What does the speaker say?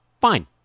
fine